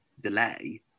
delay